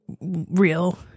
real